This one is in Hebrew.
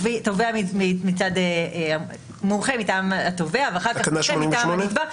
מומחה מטעם התובע ואחר כך מומחה מטעם הנתבע,